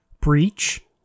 breach